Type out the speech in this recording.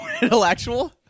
intellectual